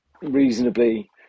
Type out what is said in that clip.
reasonably